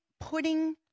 putting